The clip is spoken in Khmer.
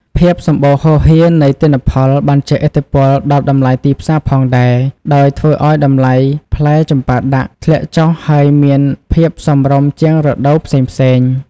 ភាពសម្បូរហូរហៀរនៃទិន្នផលបានជះឥទ្ធិពលដល់តម្លៃទីផ្សារផងដែរ ដោយធ្វើឱ្យតម្លៃផ្លែចម្ប៉ាដាក់ធ្លាក់ចុះហើយមានភាពសមរម្យជាងរដូវផ្សេងៗ។